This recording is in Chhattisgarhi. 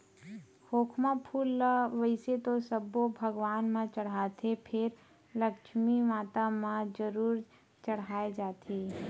खोखमा फूल ल वइसे तो सब्बो भगवान म चड़हाथे फेर लक्छमी माता म जरूर चड़हाय जाथे